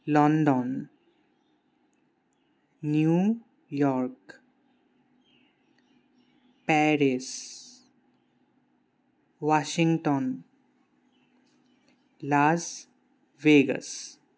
London New York Paris Washington Las Vegas